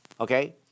Okay